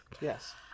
Yes